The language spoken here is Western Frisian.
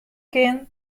kin